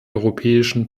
europäischen